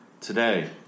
Today